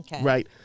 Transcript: Right